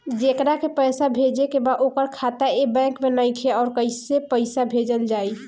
जेकरा के पैसा भेजे के बा ओकर खाता ए बैंक मे नईखे और कैसे पैसा भेजल जायी?